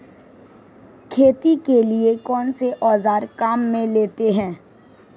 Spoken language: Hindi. खेती के लिए कौनसे औज़ार काम में लेते हैं?